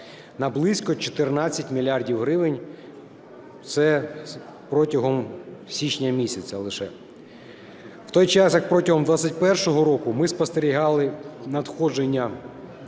на близько 14 мільярдів гривень, це протягом січня місяця лише, в той час, як протягом 21-го року ми спостерігали надходження